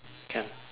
can